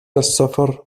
السفر